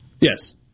Yes